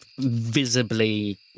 visibly